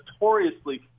notoriously